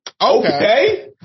Okay